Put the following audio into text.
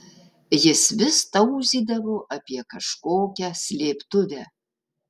jis vis tauzydavo apie kažkokią slėptuvę